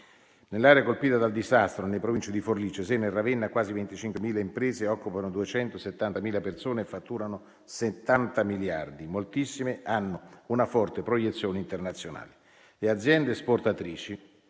Nell'area colpita dal disastro, nelle province di Forlì, Cesena e Ravenna, quasi 25.000 imprese occupano 270.000 persone e fatturano 70 miliardi; moltissime hanno una forte proiezione internazionale. Le aziende esportatrici